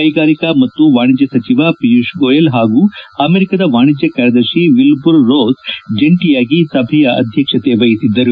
ಕ್ಲೆಗಾರಿಕಾ ಮತ್ತು ವಾಣಿಜ್ಞ ಸಚಿವ ಪಿಯೂಷ್ ಗೋಯಲ್ ಹಾಗೂ ಅಮೆರಿಕಾದ ವಾಣಿಜ್ಞ ಕಾರ್ಯದರ್ತಿ ವಿಲ್ಬುರ್ ರೋಸ್ ಜಂಟಯಾಗಿ ಸಭೆಯ ಅಧ್ಲಕ್ಷತೆ ವಹಿಸಿದ್ದರು